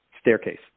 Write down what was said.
staircase